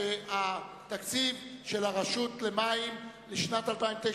סעיף 41, הרשות הממשלתית למים, לשנת 2009,